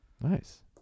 Nice